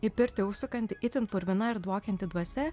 į pirtį užsukanti itin purvina ir dvokianti dvasia